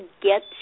get